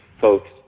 folks